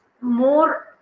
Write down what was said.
more